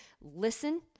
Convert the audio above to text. listen